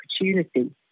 opportunity